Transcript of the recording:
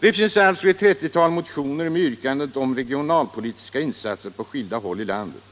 Det finns alltså ett trettiotal motioner med yrkanden om regionalpolitiska insatser på skilda håll i landet.